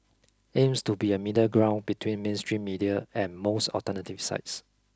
aims to be a middle ground between mainstream media and most alternative sites